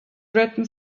written